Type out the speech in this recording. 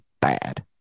bad